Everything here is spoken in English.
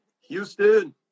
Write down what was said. Houston